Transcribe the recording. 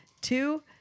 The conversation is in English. Two